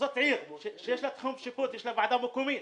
זאת עיר שיש לה תחום שיפוט, יש לה ועדה מקומית.